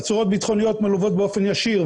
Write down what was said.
עצורות ביטחוניות מלוות באופן ישיר,